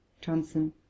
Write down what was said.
johnson